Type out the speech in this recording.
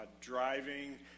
driving